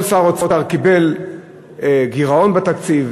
כל שר אוצר קיבל גירעון בתקציב,